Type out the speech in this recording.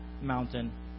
mountain